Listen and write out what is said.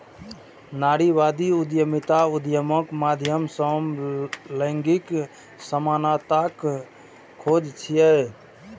नारीवादी उद्यमिता उद्यमक माध्यम सं लैंगिक समानताक खोज छियै